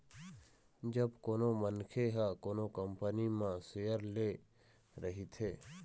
जब कोनो मनखे ह कोनो कंपनी म सेयर ले रहिथे